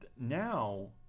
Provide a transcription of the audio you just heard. Now